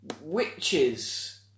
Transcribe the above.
witches